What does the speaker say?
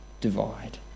divide